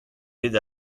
bet